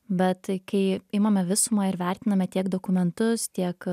bet kai imame visumą ir vertiname tiek dokumentus tiek